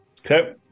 Okay